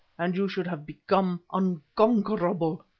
and you should have become unconquerable.